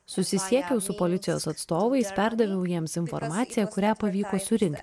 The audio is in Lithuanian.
susisiekiau su policijos atstovais perdaviau jiems informaciją kurią pavyko surinkt